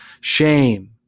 shame